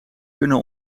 kunnen